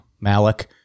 Malik